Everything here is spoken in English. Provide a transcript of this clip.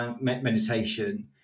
meditation